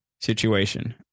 situation